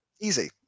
Easy